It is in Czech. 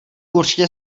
určitě